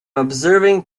observing